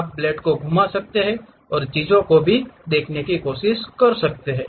आप ब्लेड को घुमा सकते हैं और चीजों को भी देखने की कोशिश कर सकते हैं